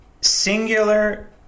singular